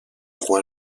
roi